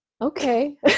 okay